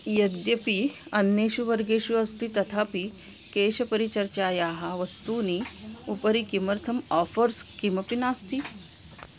यद्यपि अन्येषु वर्गेषु अस्ति तथापि केशपरिचर्चायाः वस्तूनि उपरि किमर्थम् आफ़र्स् किमपि नास्ति